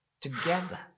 Together